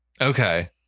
Okay